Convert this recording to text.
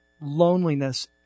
loneliness